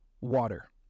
water